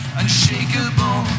unshakable